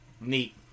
Neat